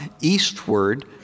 eastward